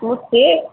ಮುಟ್ಟಿ